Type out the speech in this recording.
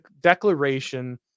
declaration